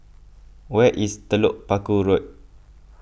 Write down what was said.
where is Telok Paku Road